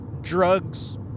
drugs